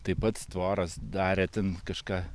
taip pats tvoras darė ten kažką